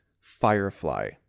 Firefly